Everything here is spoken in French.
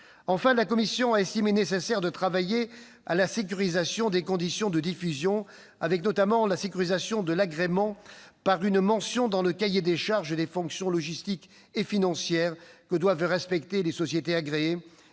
Enfin, la commission a estimé nécessaire de travailler à la sécurisation des conditions de diffusion, notamment à la sécurisation de l'agrément par une mention dans le cahier des charges des fonctions logistiques et financières que doivent respecter les sociétés agréées